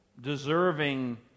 deserving